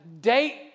Date